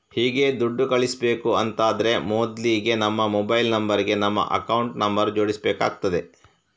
ಹೀಗೆ ದುಡ್ಡು ಕಳಿಸ್ಬೇಕು ಅಂತಾದ್ರೆ ಮೊದ್ಲಿಗೆ ನಮ್ಮ ಮೊಬೈಲ್ ನಂಬರ್ ಗೆ ನಮ್ಮ ಅಕೌಂಟ್ ನಂಬರ್ ಜೋಡಿಸ್ಬೇಕಾಗ್ತದೆ